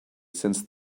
since